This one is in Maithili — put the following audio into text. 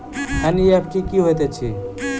एन.ई.एफ.टी की होइत अछि?